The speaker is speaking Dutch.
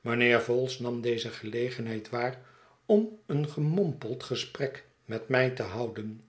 mijnheer vholes nam deze gelegenheid waar om een gemompeld gesprek met mij te houden